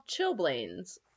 chillblains